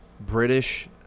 British